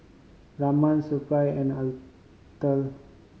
Raman Suppiah and Atal